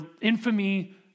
infamy